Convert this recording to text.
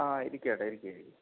ആ ഇരിക്ക് ചേട്ടാ ഇരിക്ക്